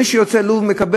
מי שהוא יוצא לוב מקבל,